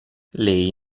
lei